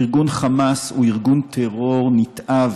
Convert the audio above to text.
ארגון חמאס הוא ארגון טרור נתעב,